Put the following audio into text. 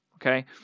Okay